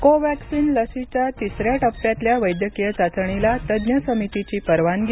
Covaxin लशीच्या तिसऱ्या टप्प्यातल्या वैद्यकीय चाचणीला तज्ज्ञ समितीची परवानगी